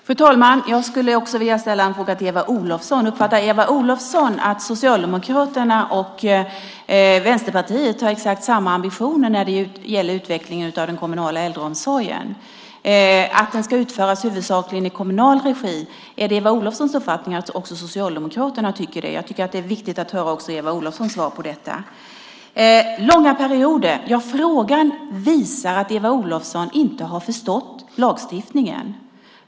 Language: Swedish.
Fru talman! Jag skulle också vilja ställa en fråga till Eva Olofsson. Uppfattar Eva Olofsson att Socialdemokraterna och Vänsterpartiet har exakt samma ambitioner när det gäller utvecklingen av den kommunala äldreomsorgen, det vill säga att den ska utföras huvudsakligen i kommunal regi? Är det Eva Olofssons uppfattning att också Socialdemokraterna tycker det? Jag tycker att det är viktigt att få höra Eva Olofssons svar på detta. Eva Olofsson talar om långa perioder. Frågan visar att Eva Olofsson inte har förstått lagstiftningen.